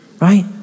Right